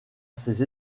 ces